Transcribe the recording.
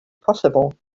possible